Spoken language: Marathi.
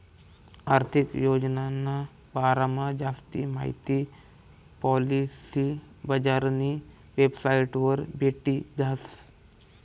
आर्थिक योजनाना बारामा जास्ती माहिती पॉलिसी बजारनी वेबसाइटवर भेटी जास